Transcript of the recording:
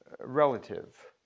relative